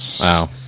Wow